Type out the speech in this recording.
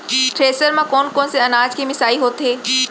Thresher म कोन कोन से अनाज के मिसाई होथे?